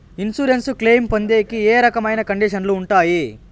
Insurance claim పొందేకి ఏ రకమైన కండిషన్లు ఉంటాయి?